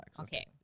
Okay